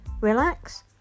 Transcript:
relax